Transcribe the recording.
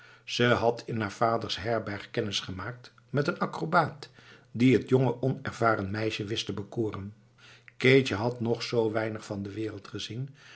ze had in haar vaders herberg kennis gemaakt met den acrobaat die t jonge onervaren meisje wist te bekoren keetje had nog zoo weinig van de wereld gezien